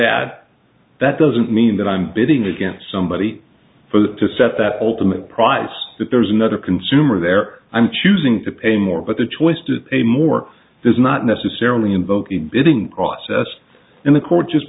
ad that doesn't mean that i'm bidding against somebody for that to set that ultimate price that there's another consumer there i'm choosing to pay more but the choice to pay more does not necessarily invoke in bidding process in a court just